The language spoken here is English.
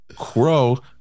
Crow